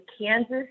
Kansas